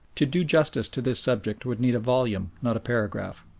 to do justice to this subject would need a volume, not a paragraph.